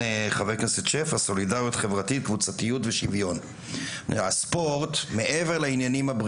הדיון: לעולם הספורט תרומה חברתית רחבה,